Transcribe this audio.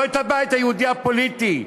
לא את הבית היהודי הפוליטי,